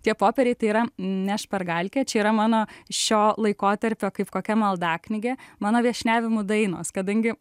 tie popieriai tai yra ne špargalkė čia yra mano šio laikotarpio kaip kokia maldaknygė mano viešniavimų dainos kadangi